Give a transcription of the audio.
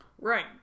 right